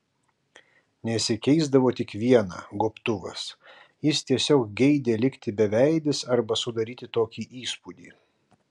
nesikeisdavo tik viena gobtuvas jis tiesiog geidė likti beveidis arba sudaryti tokį įspūdį